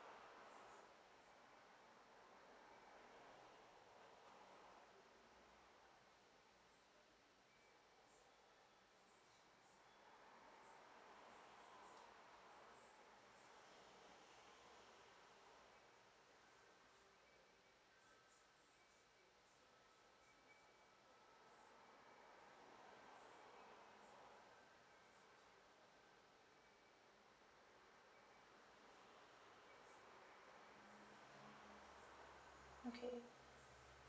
okay